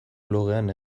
blogean